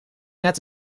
net